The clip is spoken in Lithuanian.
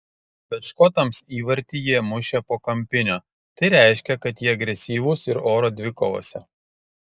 bet škotams įvartį jie mušė po kampinio tai reiškia kad jie agresyvūs ir oro dvikovose